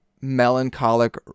melancholic